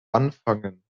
anfangen